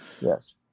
Yes